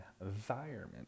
environment